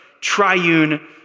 triune